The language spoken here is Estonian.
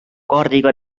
kaardiga